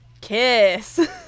Kiss